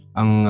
ang